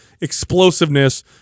explosiveness